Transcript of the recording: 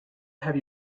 have